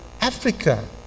Africa